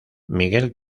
miguel